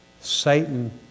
Satan